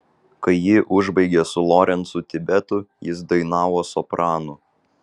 kai ji užbaigė su lorencu tibetu jis dainavo sopranu